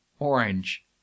orange